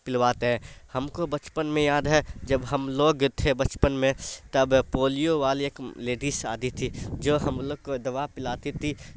پلواتے ہیں ہم کو بچپن میں یاد ہے جب ہم لوگ تھے بچپن میں تب پولیو والی ایک لیڈیس آتی تھی جو ہم لوگ کو دوا پلاتی تھی